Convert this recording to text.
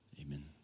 amen